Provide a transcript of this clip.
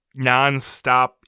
nonstop